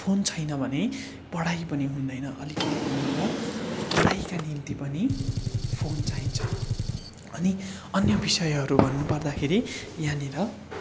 phone छैन भने पढाइ पनि हुँदैन अलिकति पनि र पढाइका निम्ति पनि फोन चाहिन्छ अनि अन्य विषयहरू भन्न पर्दाखेरि यहाँनिर